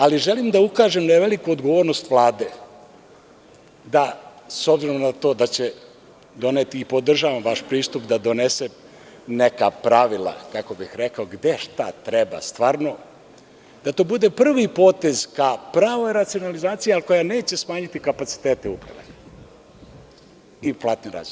Ali želim da ukažem na veliku odgovornost Vlade da s obzirom na to da će doneti i podržavam vaš pristup da donesete neka pravila gde šta treba stvarno, da to bude prvi potez ka pravoj racionalizaciji, ali koja neće smanjiti kapacitete i platne razrede.